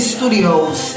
Studios